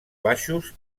baixos